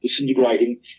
disintegrating